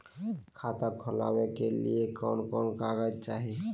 खाता खोलाबे के लिए कौन कौन कागज चाही?